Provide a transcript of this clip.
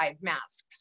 masks